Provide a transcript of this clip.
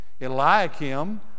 Eliakim